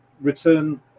return